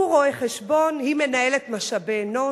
הוא רואה-חשבון, היא מנהלת משאבי אנוש.